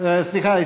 ניצן הורוביץ,